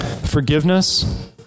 forgiveness